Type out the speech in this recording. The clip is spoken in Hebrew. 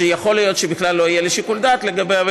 שיכול להיות שבכלל לא יהיה לי שיקול דעת לגביה,